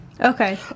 Okay